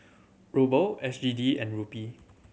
Ruble S G D and Rupee